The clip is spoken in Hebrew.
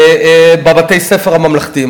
בבתי-הספר הממלכתיים.